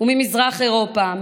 וממזרח אירופה,